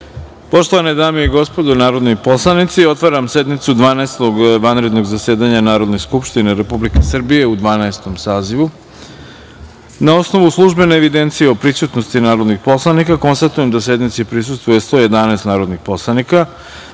Poštovane dame i gospodo narodni poslanici, otvaram sednicu Dvanaestog vanrednog zasedanja Narodne skupštine Republike Srbije u Dvanaestom sazivu. Na osnovu službene evidencije o prisutnosti narodnih poslanika konstatujem da sednici prisustvuje 111 narodnih poslanika. Podsećam